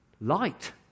light